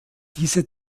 diese